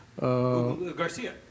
Garcia